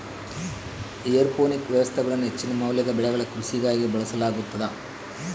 aeroponic ವ್ಯವಸ್ಥೆಗಳನ್ನು ಹೆಚ್ಚಿನ ಮೌಲ್ಯದ ಬೆಳೆಗಳ ಕೃಷಿಗಾಗಿ ಬಳಸಲಾಗುತದ